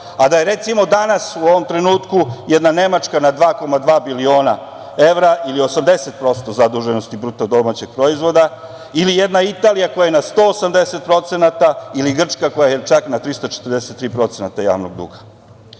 a da je, recimo, danas u ovom trenutku jedna Nemačka na 2,2 miliona evra ili 80% zaduženosti bruto domaćeg proizvoda, ili jedna Italija koja je na 180% ili Grčka koja je čak na 343% javnog duga. Da